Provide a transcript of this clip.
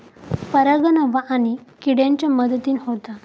परागण हवा आणि किड्यांच्या मदतीन होता